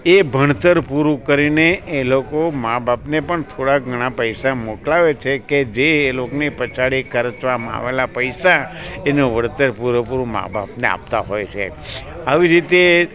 એ ભણતર પૂરું કરીને એ લોકો માં બાપને પણ થોડા ઘણા પૈસા મોકલાવે છે કે જે એ લોકની પછાડી ખર્ચવામાં આવેલા પૈસા એને વળતર પૂરે પૂરું મા બાપને આપતા હોય છે આવી રીતે